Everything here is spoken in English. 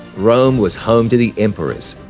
rome was home to the emperors,